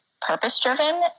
purpose-driven